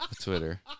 Twitter